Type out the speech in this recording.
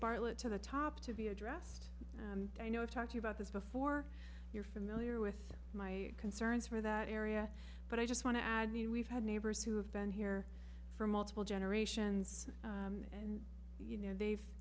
bartlett to the top to be addressed and i know i've talked about this before you're familiar with my concerns for that area but i just want to add me we've had neighbors who have been here for multiple generations and you know they